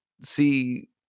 see